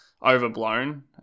overblown